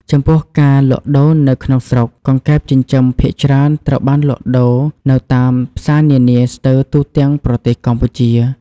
ចំពោះការលក់ដូរនៅក្នុងស្រុក កង្កែបចិញ្ចឹមភាគច្រើនត្រូវបានលក់ដូរនៅតាមផ្សារនានាស្ទើទូទាំងប្រទេសកម្ពុជា។